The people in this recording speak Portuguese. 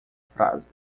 frase